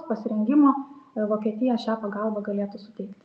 pasirengimo vokietija šią pagalbą galėtų suteikti